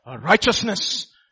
righteousness